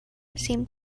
seemed